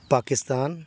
Pakistan